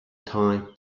time